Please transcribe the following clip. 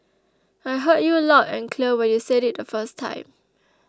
I heard you loud and clear when you said it the first time